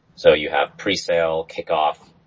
so you have pre-sale, kickoff,